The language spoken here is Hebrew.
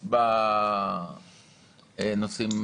זה שיקולים בריאותיים בנושאים האלה?